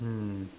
um